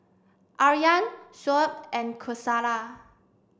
Aryan Shoaib and Qaisara